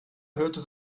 hörte